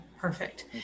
perfect